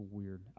weird